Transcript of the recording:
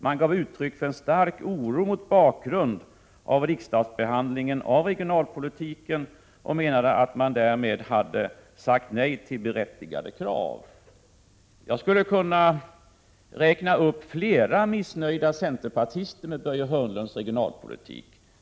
De gav uttryck för en stark oro mot bakgrund av riksdagens behandling av regionalpolitiken och menade att man där hade sagt nej till berättigade krav. Jag skulle kunna räkna upp flera centerpartister, som är missnöjda med Börje Hörnlunds regionalpolitik.